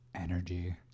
energy